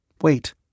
Wait